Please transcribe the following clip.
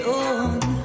on